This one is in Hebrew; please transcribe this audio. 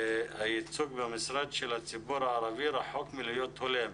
הייצוג של הציבור הערבי במשרד רחוק מלהיות הולם.